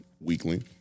Weekly